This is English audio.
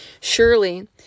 surely